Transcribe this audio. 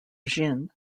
jin